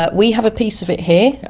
but we have a piece of it here,